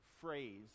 phrase